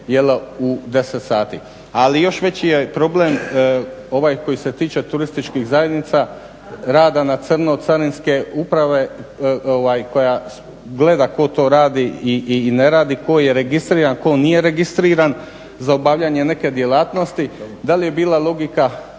u 10 sati. Ali još veći je problem ovaj koji se tiče turističkih zajednica, rada na crno, carinske uprave koja gleda tko to radi i ne radi, tko je registriran, tko nije registriran za obavljanje neke djelatnosti. Da li je bila logika